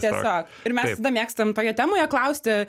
tiesiog ir mes visada mėgstam toje temoje klausti